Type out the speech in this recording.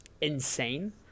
insane